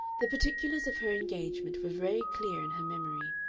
the particulars of her engagement were very clear in her memory.